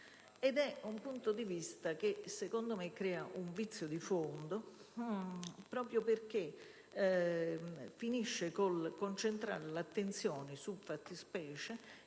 Ed è un punto di vista che, secondo me, crea un vizio di fondo, proprio perché finisce con il concentrare l'attenzione su fattispecie